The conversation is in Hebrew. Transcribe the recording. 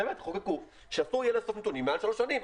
תחוקקו שאסור יהיה לאסוף נתונים מעל שלוש שנים.